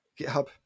GitHub